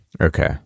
Okay